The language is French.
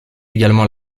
également